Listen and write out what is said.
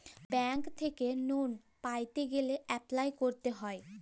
bank থ্যাইকে লল পাইতে গ্যালে এপ্লায় ক্যরতে হ্যয়